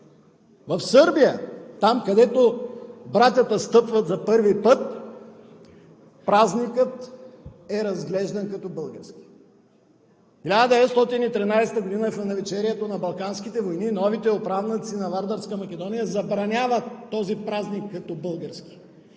В Сърбия – там, където братята стъпват за първи път, празникът е разглеждан като български. През 1913 г. – в навечерието на Балканските войни, новите управници на Вардарска Македония забраняват този празник като български.